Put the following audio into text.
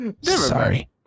sorry